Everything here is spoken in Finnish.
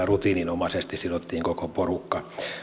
rutiininomaisesti sidottiin koko porukka